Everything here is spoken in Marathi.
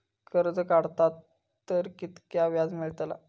कर्ज काडला तर कीतक्या व्याज मेळतला?